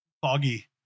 foggy